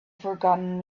forgotten